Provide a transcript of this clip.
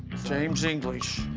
james english.